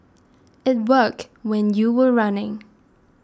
it worked when you were running